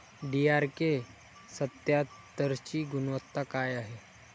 DRK सत्यात्तरची गुनवत्ता काय हाय?